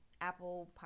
Apple